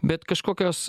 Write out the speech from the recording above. bet kažkokios